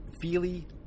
feely